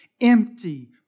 empty